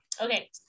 okay